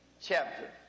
chapter